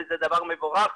וזה דבר מבורך,